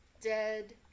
dead